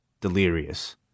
Delirious